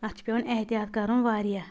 اَتھ چھُ پیٚوان احتیاط کرُن واریاہ